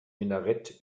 minarett